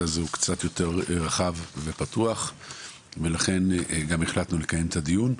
הזה הוא קצת יותר רחב ופתוח ולכן גם החלטנו לקיים את הדיון.